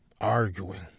Arguing